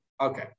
Okay